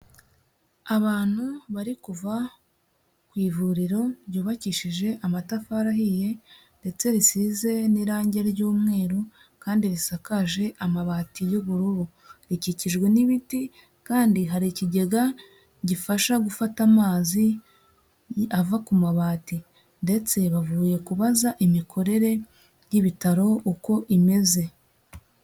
Abantu bari kuva ku ivuriro ryubakishije amatafari ahiye ndetse risize n'irangi ry'umweru kandi risakaje amabati y'ubururu, rikikijwe n'ibiti kandi hari ikigega gifasha gufata amazi ava ku mabati ndetse bavuye kubaza imikorere y'ibitaro uko imeze.